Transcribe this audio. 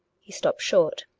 he stopped short.